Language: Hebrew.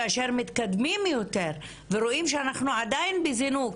כאשר מתקדמים יותר ורואים שאנחנו עדיין בזינוק,